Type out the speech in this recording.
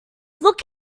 look